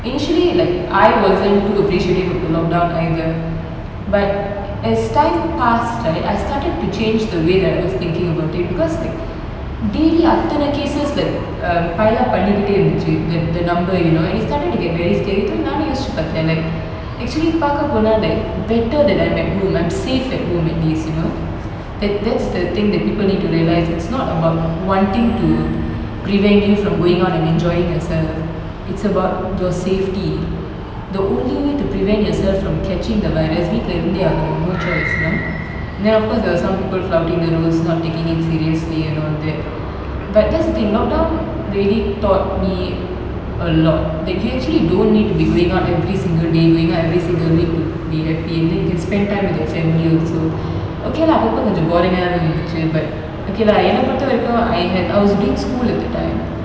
initially like I wasn't too appreciative of the lockdown either but as time passed right I started to change the way that I was thinking about it because like daily அத்தனை:athanai cases like um பண்ணிகிட்டே இருந்துச்சு:pannikite irunthuchu the the number you know and it started to get very scary நானும் யோசிச்சு பார்த்தேன்:naanum yosichu parthen like actually பார்க்க போனா:parka pona like better than I'm at home I'm safe at home at least you know that that's the thing that people need to realise it's not about wanting to prevent you from going out and enjoying yourself it's about your safety the only way to prevent yourself from catching the virus வீட்டுல இருந்தே ஆகணும்:veetula irunthe aganum no choice you know and then of course there were some people flouting the rules not taking it seriously and all that but that's the thing lockdown really taught me a lot that you actually don't need to be going out every single day going out every single week to be happy and then you can spend time with your family also okay lah அப்போ அப்போ கொஞ்சம்:apo apo konjam boring அ தான் இருந்துச்சு:a thaan irunthuchu but okay lah என்ன பொறுத்த வரைக்கும்:enna porutha varaikum I had I was doing school at that time